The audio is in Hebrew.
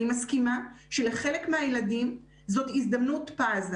אני מסכימה שלחלק מהילדים זו הזדמנות פז,